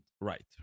right